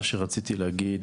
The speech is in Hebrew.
מה שרציתי להגיד,